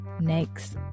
next